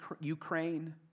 Ukraine